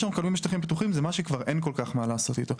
מה שאנחנו מקבלים בשטחים פתוחים זה מה שכבר אין כל כך מה לעשות איתו.